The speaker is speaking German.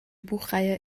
buchreihe